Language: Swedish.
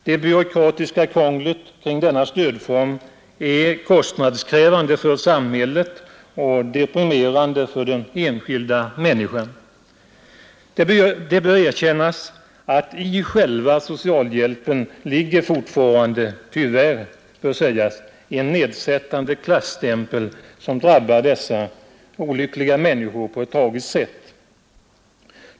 Det byråkratiska krånglet kring denna stödform är kostnadskrävande för samhället och deprimerande för den enskilda människan. Det bör erkännas att i själva socialhjälpen ligger fortfarande — tyvärr — en nedsättande klasstämpel som drabbar dessa olyckliga människor på ett tragiskt sätt.